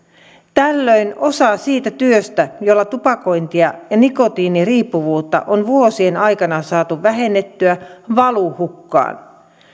tällöin osa siitä työstä jolla tupakointia ja nikotiiniriippuvuutta on vuosien aikana saatu vähennettyä valuu hukkaan